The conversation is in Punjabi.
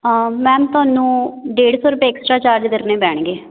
ਮੈਮ ਤੁਹਾਨੂੰ ਡੇਢ ਸੌ ਰੁਪਏ ਐਕਸਟਰਾ ਚਾਰਜ ਕਰਨੇ ਪੈਣਗੇ